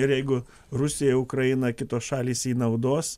ir jeigu rusija ukraina kitos šalys jį naudos